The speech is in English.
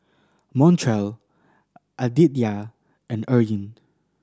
Montrell Aditya and Eryn